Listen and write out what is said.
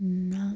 നാ